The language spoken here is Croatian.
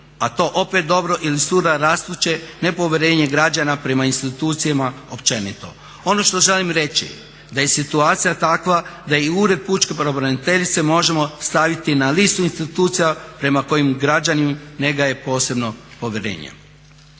a to opet dobro ilustrira rastuće nepovjerenje građana prema institucijama općenito. Ono što želim reći, da je situacija takva da i Ured pučka pravobraniteljice možemo staviti na listu institucija prema kojima građani ne gaje posebno povjerenje.